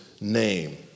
name